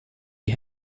die